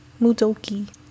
Mudoki